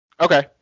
Okay